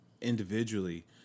individually